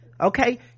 okay